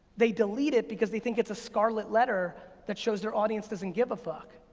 they delete it, because they think it's a scarlet letter that shows their audience doesn't give a fuck.